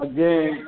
Again